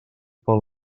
pel